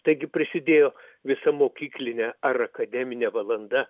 taigi prisidėjo visa mokyklinė ar akademinė valanda